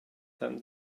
them